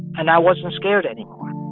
and i wasn't scared anymore